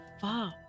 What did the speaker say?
Fuck